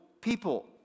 people